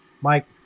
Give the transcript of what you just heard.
Mike